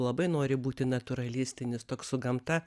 labai nori būti natūralistinis toks su gamta